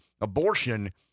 abortion